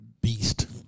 beast